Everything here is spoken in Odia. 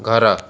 ଘର